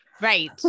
Right